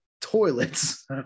toilets